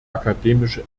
akademische